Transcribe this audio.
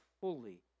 fully